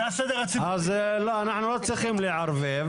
אז אנחנו לא צריך לערבב.